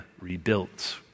rebuilt